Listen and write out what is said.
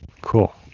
Cool